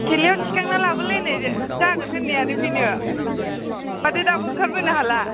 थेलायाव थिखांना लाबोलायनाय जागोन होन्नायानो बेनो माथो दाबो ओंखार बोनो हाला